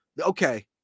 Okay